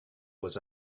was